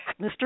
Mr